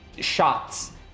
shots